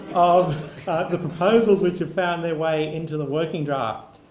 of the proposals which have found their way into the working draft.